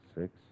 six